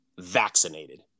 vaccinated